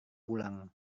pulang